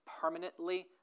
permanently